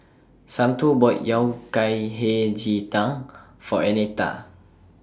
Santo bought Yao Cai Hei Ji Tang For Annetta